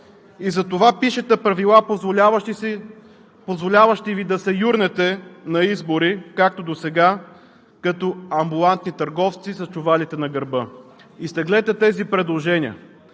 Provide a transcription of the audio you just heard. и затова пишете правила, позволяващи Ви да се юрнете на избори както досега – като амбулантни търговци с чувалите на гърба. Изтеглете тези предложения.